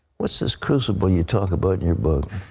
what is this crucible you talk about in your book.